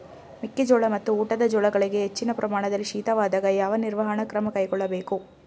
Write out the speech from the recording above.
ಮೆಕ್ಕೆ ಜೋಳ ಮತ್ತು ಊಟದ ಜೋಳಗಳಿಗೆ ಹೆಚ್ಚಿನ ಪ್ರಮಾಣದಲ್ಲಿ ಶೀತವಾದಾಗ, ಯಾವ ನಿರ್ವಹಣಾ ಕ್ರಮ ಕೈಗೊಳ್ಳಬೇಕು?